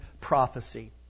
prophecy